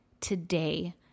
today